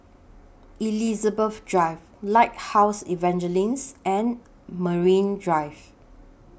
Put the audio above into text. Elizabeth Drive Lighthouse Evangelism and Marine Drive